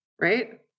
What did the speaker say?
right